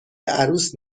عروس